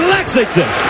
Lexington